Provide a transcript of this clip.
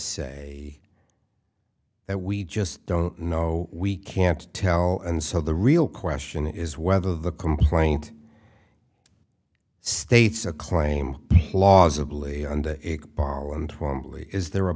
say that we just don't know we can't tell and so the real question is whether the complaint states a claim laws